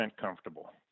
comfortable